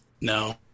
No